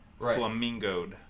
flamingoed